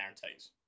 guarantees